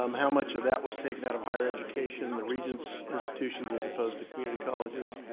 um how much of that was taken out of higher education? the regents institutions as opposed to community colleges?